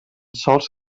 sols